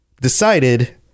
decided